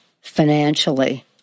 financially